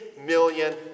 million